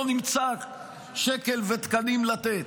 לא נמצא שקל ותקנים לתת.